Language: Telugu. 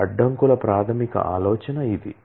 చెక్ అడ్డంకుల ప్రాథమిక ఆలోచన ఇది